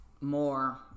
more